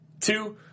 two